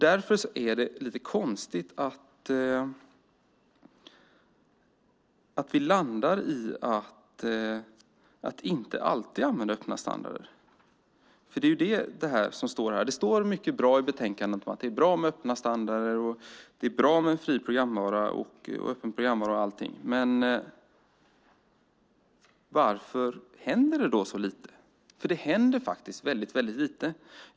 Därför är det konstigt att vi landar i att inte alltid använda öppna standarder. Det är det som står här. Det står mycket bra i betänkandet att det är bra med öppna standarder, att det är bra med en öppen programvara och allting. Men varför händer det då så lite? För det händer faktiskt väldigt lite.